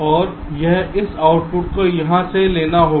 और यह इस आउटपुट को यहां से लेना होगा